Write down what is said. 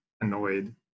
annoyed